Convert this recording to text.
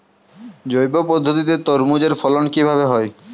জৈব পদ্ধতিতে তরমুজের ফলন কিভাবে হয়?